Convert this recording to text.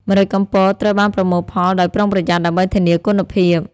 ម្រេចកំពតត្រូវបានប្រមូលផលដោយប្រុងប្រយ័ត្នដើម្បីធានាគុណភាព។